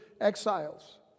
exiles